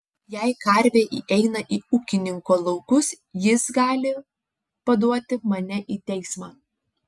jei karvė įeina į ūkininko laukus jis gali paduoti mane į teismą